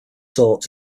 sought